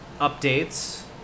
updates